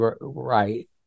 right